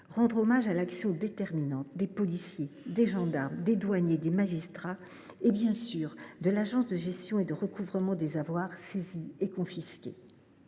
rendre hommage à l’action déterminante des policiers, des gendarmes, des douaniers, des magistrats et bien sûr des équipes de l’Agence de gestion et de recouvrement des avoirs saisis et confisqués.